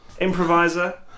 improviser